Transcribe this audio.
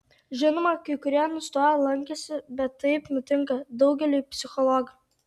žinoma kai kurie nustojo lankęsi bet taip nutinka daugeliui psichologų